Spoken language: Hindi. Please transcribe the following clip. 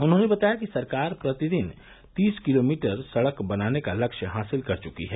उन्होंने बताया कि सरकार प्रतिदिन तीस किलोमीटर सड़क बनाने का लक्ष्य हासिल चुकी है